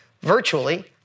virtually